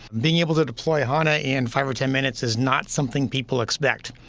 being able to deploy hana in five or ten minutes is not something people expect.